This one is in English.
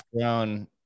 grown